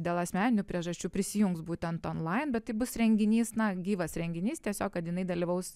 dėl asmeninių priežasčių prisijungs būtent onlain bet tai bus renginys na gyvas renginys tiesiog kad jinai dalyvaus